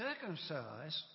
circumcised